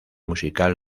musical